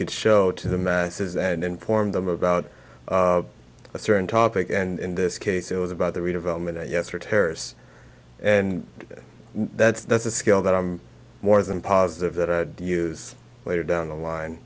could show to the masses and inform them about a certain topic and in this case it was about the redevelopment yes or tears and that's that's a skill that i'm more than positive that i use later down the line